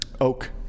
oak